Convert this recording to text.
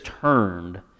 turned